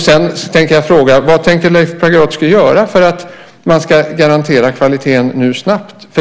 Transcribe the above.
Sedan tänkte jag fråga: Vad tänker Leif Pagrotsky göra för att man ska garantera kvaliteten nu, snabbt?